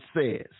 says